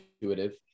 intuitive